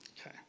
Okay